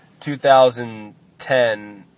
2010